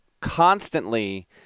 constantly